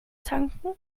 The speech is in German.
tanken